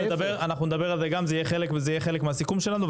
אנחנו נדבר על זה, זה יהיה חלק מהסיכום שלנו.